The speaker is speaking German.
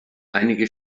einige